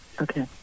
Okay